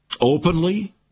Openly